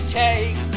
take